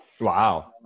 Wow